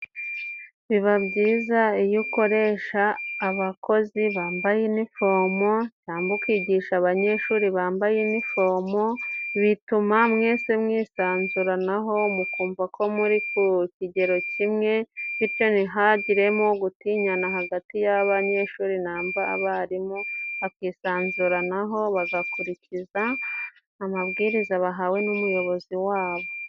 Biba byiza iyo ukoresha abakozi bambaye inifomo cyangwa ukigisha abanyeshuri bambaye iniforomo ,bituma mwese mwisanzuranaho mukumva ko muri ku kigero kimwe, bityo ntihagiremo gutinyana hagati y'abanyeshuri n'abarimu bakisanzuraranaho bagakurikiza amabwiriza bahawe n'umuyobozi wabo.